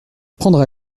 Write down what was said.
prendrai